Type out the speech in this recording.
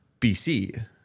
BC